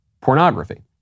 pornography